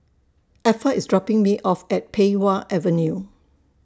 Effa IS dropping Me off At Pei Wah Avenue